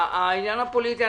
העניין הפוליטי,